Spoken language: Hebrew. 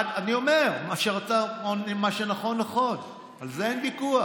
אני אומר, מה שנכון נכון, על זה אין ויכוח.